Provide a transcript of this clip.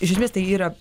iš esmės tai yra